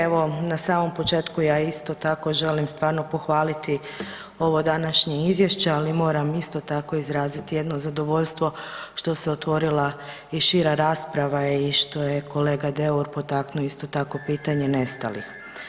Evo na samom početku ja isto tako želim stvarno pohvaliti ovo današnje izvješće, ali moram isto tako izraziti jedno zadovoljstvo što se otvorila i šira rasprava i što je kolega Deur isto tako potegnuo pitanje nestalih.